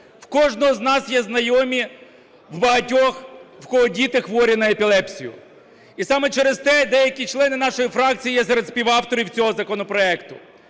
В кожного з нас є знайомі в багатьох, в кого діти хворі на епілепсію. І саме через це деякі члени нашої фракції є серед співавторів цього законопроекту.